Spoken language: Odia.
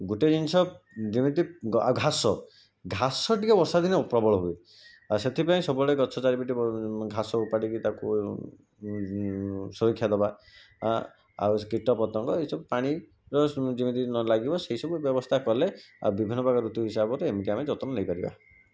ଗୋଟେ ଜିନିଷ ଯେମିତି ଆଉ ଘାସ ଘାସ ଟିକିଏ ବର୍ଷାଦିନେ ପ୍ରବଳ ହୁଏ ଆଉ ସେଥିପାଇଁ ସବୁବେଳେ ଗଛ ଚାରିପଟେ ଘାସ ଉପାଡ଼ିକି ତାକୁ ସୁରକ୍ଷା ଦେବା ଆ ଆଉ କୀଟପତଙ୍ଗ ଏହିସବୁ ପାଣିର ଯେମିତି ନ ଲାଗିବ ସେଇସବୁ ବ୍ୟବସ୍ଥା କଲେ ଆଉ ବିଭିନ୍ନ ପ୍ରକାର ଋତୁ ହିସାବରେ ଏମତି ଆମେ ଯତ୍ନ ନେଇପାରିବା